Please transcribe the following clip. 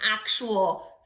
actual